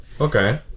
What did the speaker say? Okay